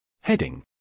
Heading